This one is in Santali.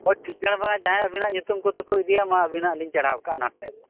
ᱦᱳᱭ ᱴᱷᱤᱠᱟᱱᱟ ᱡᱟᱦᱟᱸ ᱟᱹᱵᱤᱱᱟᱜ ᱧᱩᱛᱩᱢ ᱠᱚᱛᱮ ᱠᱚ ᱤᱫᱤ ᱢᱟ ᱟᱹᱵᱤᱱᱟᱜ ᱞᱤᱧ ᱪᱟᱲᱦᱟᱣ ᱠᱟᱜᱼᱟ ᱱᱚᱛᱮ ᱫᱚ